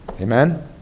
Amen